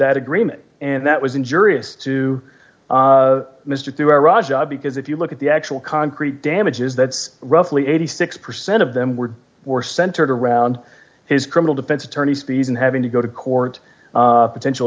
that agreement and that was injurious to mr throughout rajab because if you look at the actual concrete damages that's roughly eighty six percent of them were more centered around his criminal defense attorney stephen having to go to court potential